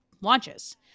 launches